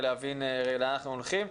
ולהבין לאן אנחנו הולכים.